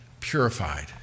purified